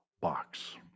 box